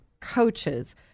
coaches